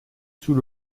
sous